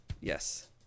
Yes